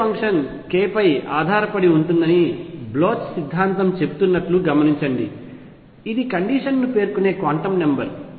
wave function k పై ఆధారపడి ఉంటుందని బ్లోచ్ సిద్ధాంతం చెప్తున్నట్లు గమనించండి ఇది కండిషన్ ను పేర్కొనే క్వాంటం నెంబర్